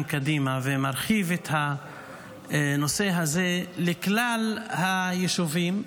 קדימה ומרחיב את הנושא הזה לכלל היישובים,